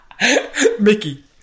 Mickey